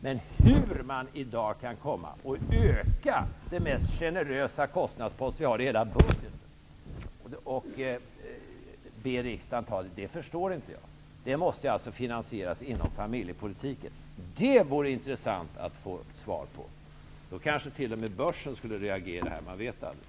Men hur man i dag kan föreslå riksdagen att anta en ökning av den mest generösa kostnadspost som finns i hela budgeten, förstår inte jag. Detta måste alltså finansieras inom familjepolitikens ram. Detta vore intressant att få ett svar på. Då kanske t.o.m. börsen skulle reagera -- man vet aldrig.